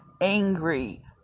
angry